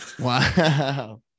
Wow